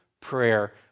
prayer